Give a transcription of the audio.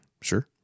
Sure